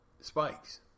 spikes